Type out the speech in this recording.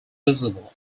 visible